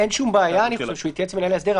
אין שום בעיה שהוא יתייעץ עם מנהל ההסדר,